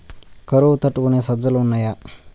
కరువు తట్టుకునే సజ్జలు ఉన్నాయా